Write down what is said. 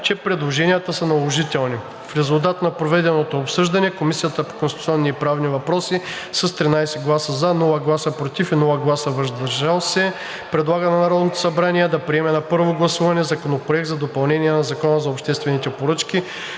че предложенията са наложителни. В резултат на проведеното обсъждане Комисията по конституционни и правни въпроси с 13 гласа „за“, без „против“ и „въздържал се“ предлага на Народното събрание да приеме на първо гласуване Законопроект за допълнение на Закона за обществените поръчки,